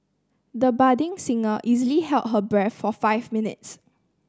the budding singer easily held her breath for five minutes